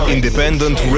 Independent